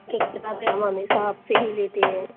ठीक किताबें हम हमेशा आप से ही लेते हैं